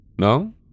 No